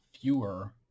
fewer